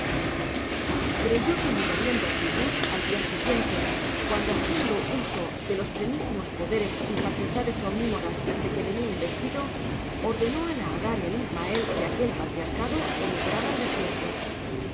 creyó que mudarían de actitud al día siguiente cuando haciendo uso de los plenísimos poderes y facultades omnímodas de que venía investido ordenó a la agar y al ismael de aquel patriarcado emigrar al desierto